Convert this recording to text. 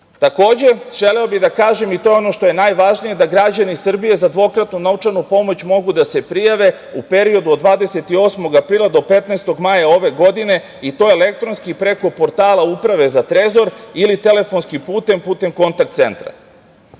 želeo bih da kažem, i to je ono najvažnije, da građani Srbije za dvokratnu novčanu pomoć mogu da se prijave u periodu od 28. aprila do 15. maja ove godine, i to elektronski preko portala Uprave za trezor ili telefonskim putem, putem kontakt centra.